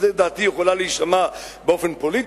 דעתי יכולה להישמע באופן פוליטי,